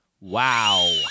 Wow